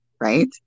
right